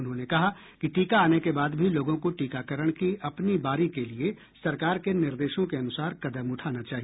उन्होंने कहा कि टीका आने के बाद भी लोगों को टीकाकरण की अपनी बारी के लिए सरकार के निर्देशों के अनुसार कदम उठाना चाहिए